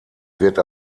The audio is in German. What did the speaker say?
wird